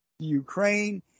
Ukraine